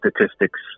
statistics